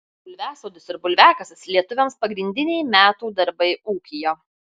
bulviasodis ir bulviakasis lietuviams pagrindiniai metų darbai ūkyje